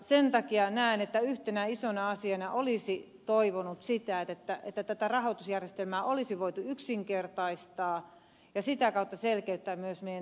sen takia näen että yhtenä isona asiana olisi toivonut sitä että tätä rahoitusjärjestelmää olisi voitu yksinkertaistaa ja sitä kautta selkeyttää myös meidän terveydenhuoltojärjestelmäämme